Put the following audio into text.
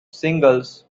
singles